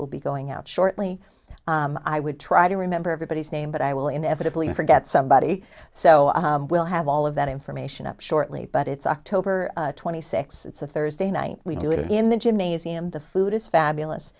will be going out shortly i would try to remember everybody's name but i will inevitably forget somebody so we'll have all of that information up shortly but it's october twenty sixth it's a thursday night we do it in the gymnasium the food is fabulous